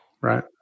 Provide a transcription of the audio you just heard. right